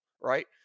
Right